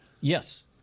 Yes